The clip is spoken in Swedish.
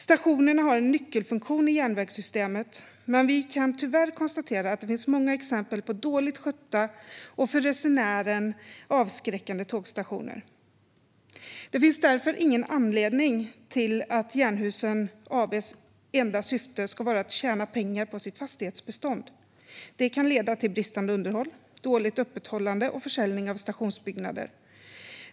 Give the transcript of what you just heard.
Stationerna har en nyckelfunktion i järnvägssystemet, men vi kan tyvärr konstatera att det finns många exempel på dåligt skötta och för resenären avskräckande tågstationer. Det finns därför ingen anledning till att Jernhusen AB:s enda syfte ska vara att tjäna pengar på sitt fastighetsbestånd. Det kan leda till bristande underhåll, dåligt öppethållande och försäljning av stationsbyggnader.